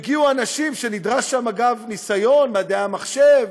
הגיעו אנשים, נדרש שם, אגב, ניסיון במדעי המחשב,